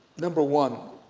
number one